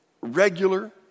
Regular